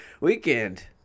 Weekend